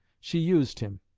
she used, him,